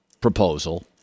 proposal